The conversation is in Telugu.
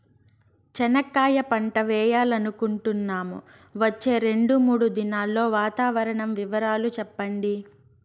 చెనక్కాయ పంట వేయాలనుకుంటున్నాము, వచ్చే రెండు, మూడు దినాల్లో వాతావరణం వివరాలు చెప్పండి?